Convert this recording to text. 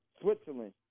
Switzerland